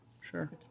Sure